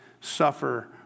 suffer